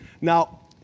Now